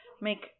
make